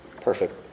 perfect